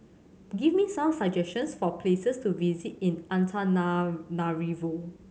give me some suggestions for places to visit in Antananarivo